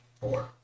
four